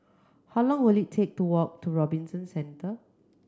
how long will it take to walk to Robinson Centre